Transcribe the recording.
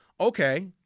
okay